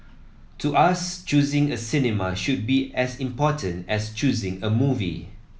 to us choosing a cinema should be as important as choosing a movie